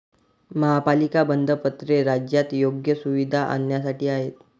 महापालिका बंधपत्रे राज्यात योग्य सुविधा आणण्यासाठी आहेत